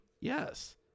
Yes